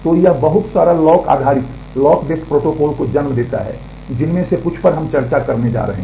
तो यह बहुत सारा लॉक आधारित प्रोटोकॉल को जन्म देता है जिनमें से कुछ पर हम चर्चा करने जा रहे हैं